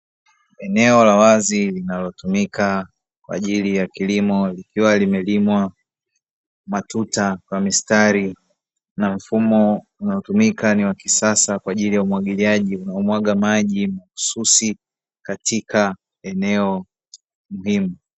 Eneo la wazi linalotumika kwa ajili ya kilimo likiwa limelimwa matuta na mistari na mfumo unaotumika ni wa kisasa kwa ajili ya umwagiliaji, unaomwaga maji mahususi katika eneo hilo.